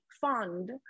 fund